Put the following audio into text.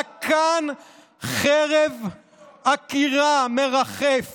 רק כאן חרב עקירה מרחף